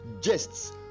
jests